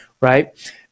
Right